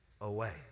away